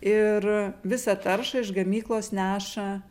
ir visą taršą iš gamyklos neša